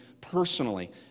personally